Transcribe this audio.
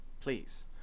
Please